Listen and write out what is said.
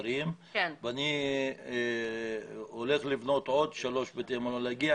אני הולך לבנות עוד שלושה בתי מלון כך שנגיע